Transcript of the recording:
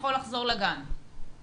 יכול לחזור למעון.